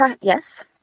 yes